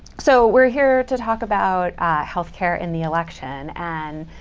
so we're here to talk about health care in the election. and